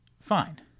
Fine